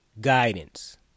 guidance